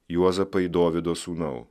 juozapai dovydo sūnau